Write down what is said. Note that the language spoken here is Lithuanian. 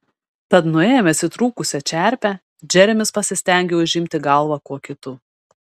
tad nuėmęs įtrūkusią čerpę džeremis pasistengė užimti galvą kuo kitu